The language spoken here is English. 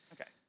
Okay